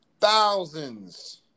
thousands